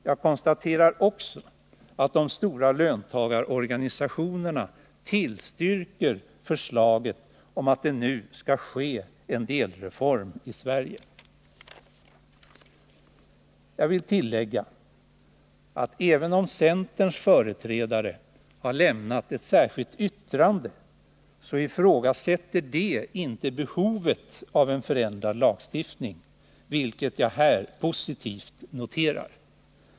Jag konstaterar också att de stora löntagarorganisationerna tillstyrker förslaget om att det nu skall genomföras en delreform i Sverige. Jag vill tillägga att även om centerns företrädare har avgivit ett särskilt yttrande, så ifrågasätter de inte behovet av en ändrad lagstiftning, vilket jag här noterar som positivt.